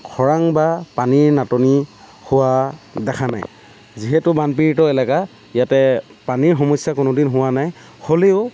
খৰাং বা পানীৰ নাটনি হোৱা দেখা নাই যিহেতু বানপীড়িত এলেকা ইয়াতে পানীৰ সমস্যা কোনো দিন হোৱা নাই হ'লেও